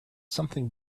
something